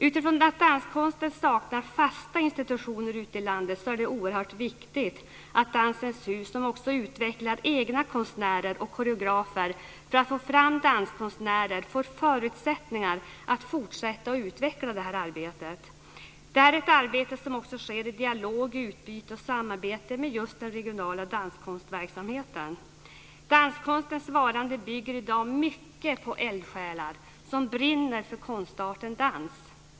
Utifrån att danskonsten saknar fasta institutioner ute i landet är det oerhört viktigt att Dansens hus, som också utvecklar egna konstnärer och koreografer, för att få fram danskonstnärer får förutsättningar att fortsätta utveckla det här arbetet. Det är ett arbete som också sker i dialog, utbyte och samverkan med den regionala danskonstverksamheten. Danskonstens varande bygger i dag mycket på eldsjälar som brinner för konstarten dans.